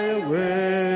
away